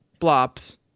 Blops